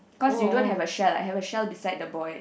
cause you don't have a shell I have a shell beside the boy